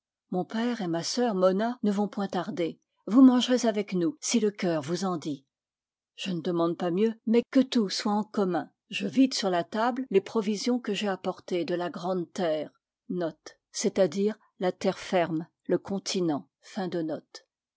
mon père et ma sœur monna ne vont point tarder vous mangerez avec nous si le cœur vous en dit je ne demande pas mieux mais que tout soit en com mun je vide sur la table les provisions que j'ai apportées de la grande terre